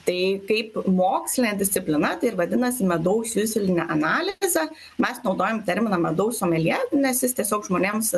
tai kaip mokslinė disciplina tai ir vadinasi medaus juslinė analizė mes naudojam terminą medaus someljė nes jis tiesiog žmonėms